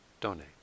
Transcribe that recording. donate